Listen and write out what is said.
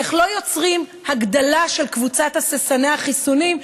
איך לא יוצרים הגדלה של קבוצת הססני החיסונים,